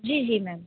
جی جی میم